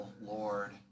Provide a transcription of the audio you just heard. Lord